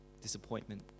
disappointment